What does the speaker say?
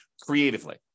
creatively